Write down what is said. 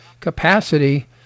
capacity